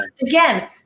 Again